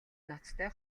ноцтой